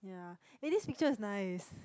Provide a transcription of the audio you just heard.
yeah eh this picture is nice